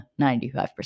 95%